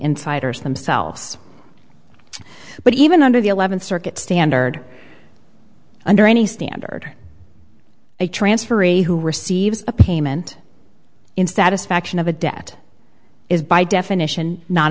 insiders themselves but even under the eleventh circuit standard under any standard a transferee who receives a payment in satisfaction of a debt is by definition not